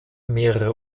mehrere